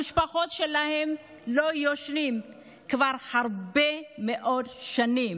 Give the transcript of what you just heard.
המשפחות שלהם לא ישנים כבר הרבה מאוד שנים.